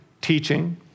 teaching